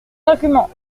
argument